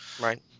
Right